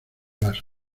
las